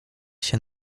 się